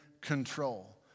control